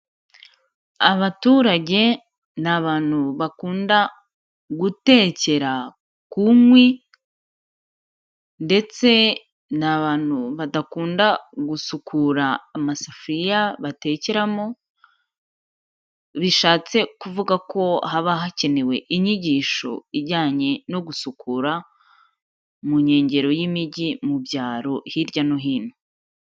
Abaturage ni abantu bakunda gutekera ku nkwi ndetse ni abantu badakunda gusukura amasafuriya batekeramo, bishatse kuvuga ko haba hakenewe inyigisho ijyanye no gusukura mu nkengero y'imijyi mu byaro, hirya no hino.